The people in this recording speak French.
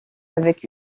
avec